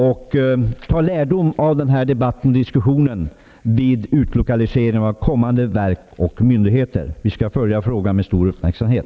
Vi måste också vid kommande utlokalisering av verk och myndigheter ta lärdom av den här debatten. Vi skall följa frågan med stor uppmärksamhet.